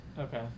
okay